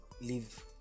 leave